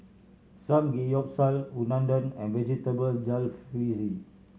Samgeyopsal Unadon and Vegetable Jalfrezi